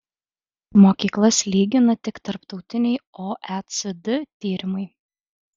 mokyklas lygina tik tarptautiniai oecd tyrimai